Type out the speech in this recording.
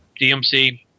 DMC